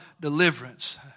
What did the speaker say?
deliverance